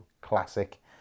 classic